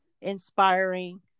inspiring